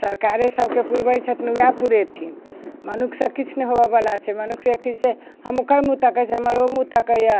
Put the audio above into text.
सरकारे सभके पुरबै छथिन ओहे पुरेथिन मनुख सँ किछ नहि होबऽ बला छै मनुख से की छै हम ओकर मुँह तकै छियै हमर ओ मुँह तकैए